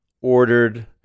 ordered